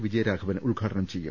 വിജയരാഘവൻ ഉദ്ഘാടനം ചെയ്യും